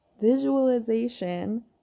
Visualization